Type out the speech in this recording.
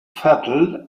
fatal